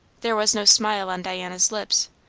there was no smile on diana's lips,